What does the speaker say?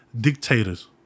dictators